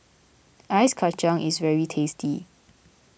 Ice Kachang is very tasty